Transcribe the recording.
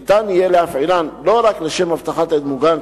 ניתן יהיה להפעילן לא רק לשם אבטחת עד מוגן,